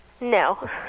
No